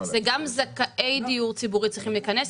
גם זכאי דיור ציבורי צריכים להיכנס,